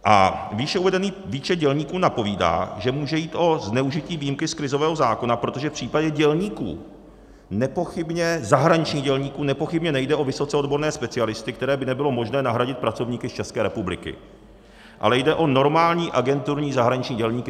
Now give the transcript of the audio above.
A výše uvedený výčet dělníků napovídá, že může jít o zneužití výjimky z krizového zákona, protože v případě dělníků, zahraničních dělníků, nepochybně nejde o vysoce odborné specialisty, které by nebylo možné nahradit pracovníky z České republiky, ale jde o normální agenturní zahraniční dělníky.